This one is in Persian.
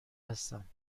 هستم